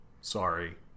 sorry